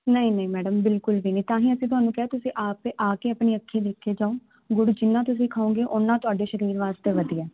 ਨਹੀਂ ਨਹੀਂ ਮੈਡਮ ਬਿਲਕੁਲ ਵੀ ਨਹੀਂ ਤਾਂ ਹੀ ਅਸੀਂ ਤੁਹਾਨੂੰ ਕਿਹਾ ਤੁਸੀਂ ਆਪ ਆ ਕੇ ਆਪਣੀ ਅੱਖੀਂ ਦੇਖ ਕੇ ਜਾਓ ਗੁੜ ਜਿੰਨਾ ਤੁਸੀਂ ਖਾਓਗੇ ਉਨਾ ਤੁਹਾਡੇ ਸ਼ਰੀਰ ਵਾਸਤੇ ਵਧੀਆ